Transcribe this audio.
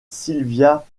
silvia